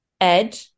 Ed